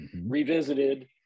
Revisited